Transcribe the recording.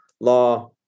law